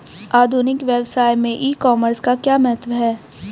आधुनिक व्यवसाय में ई कॉमर्स का क्या महत्व है?